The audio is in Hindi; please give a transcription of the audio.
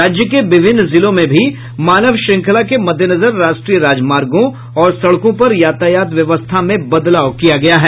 राज्य के विभिन्न जिलों में भी मानव श्रृंखला के मद्देनजर राष्ट्रीय राजमार्गों और सड़कों पर यातायात व्यवस्था में बदलाव किया गया है